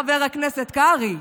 חבר הכנסת קרעי,